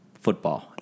football